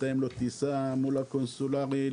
לתאם לו טיסה מול הקונסולרי,